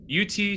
UT